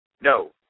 No